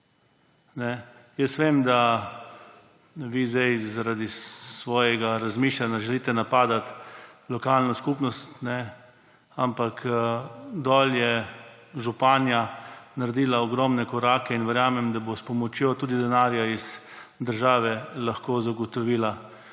Jaz vem, da vi zdaj zaradi svojega razmišljanja želite napadati lokalno skupnost, ampak je županja naredila ogromne korake in verjamem, da bo s pomočjo tudi denarja iz države lahko zagotovila,